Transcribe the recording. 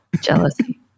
Jealousy